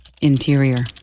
interior